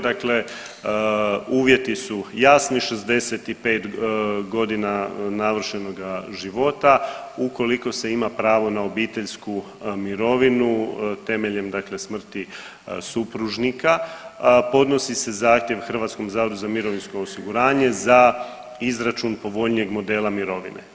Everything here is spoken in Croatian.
Dakle uvjeti su jasni, 65 godina navršenoga života, ukoliko se ima pravo na obiteljsku mirovinu temeljem dakle smrti supružnika, podnosi se zahtjev HZMO-u za izračun povoljnijeg modela mirovine.